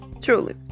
truly